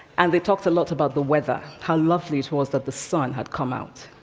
and they talked a lot about the weather, how lovely it was that the sun had come out.